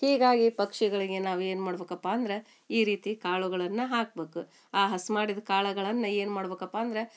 ಹೀಗಾಗಿ ಪಕ್ಷಿಗಳಿಗೆ ನಾವೇನು ಮಾಡ್ಬೇಕಪ್ಪ ಅಂದ್ರೆ ಈ ರೀತಿ ಕಾಳುಗಳನ್ನು ಹಾಕ್ಬೇಕು ಆ ಹಸ್ಮಾಡಿದ ಕಾಳಗಳನ್ನು ಏನ್ಮಾಡ್ಬೇಕಪ್ಪ ಅಂದರೆ